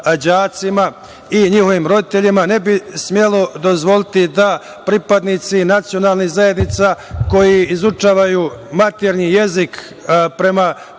i njihovim roditeljima ne bi smelo dozvoliti da pripadnici nacionalnih zajednica koji izučavaju maternji jezik prema programu